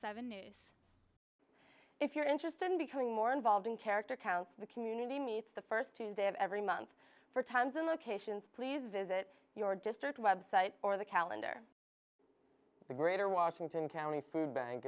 seven if you're interested in becoming more involved in character count the community meets the first tuesday of every month for times and locations please visit your district website or the calendar the greater washington county food bank